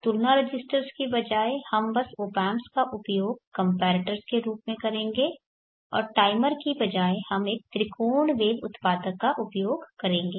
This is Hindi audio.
तुलना रजिस्टर्स के बजाय हम बस ऑप एम्प्स का उपयोग कम्पैरेटर्स के रूप में करेंगे और टाइमर के बजाय हम एक त्रिकोण वेव उत्पादक का उपयोग करेंगे